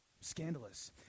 Scandalous